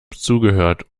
zugehört